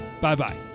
Bye-bye